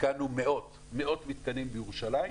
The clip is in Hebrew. התקנו מאות מתקנים בירושלים,